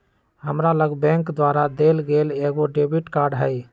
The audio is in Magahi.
हमरा लग बैंक द्वारा देल गेल एगो डेबिट कार्ड हइ